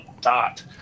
dot